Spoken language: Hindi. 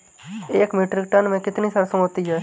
एक मीट्रिक टन में कितनी सरसों होती है?